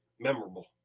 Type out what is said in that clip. Memorable